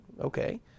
okay